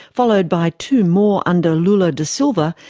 followed by two more under lula da silva,